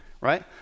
right